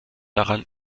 daran